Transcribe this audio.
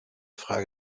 frage